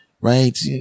Right